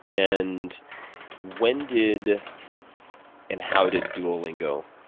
and when did and how did duolingo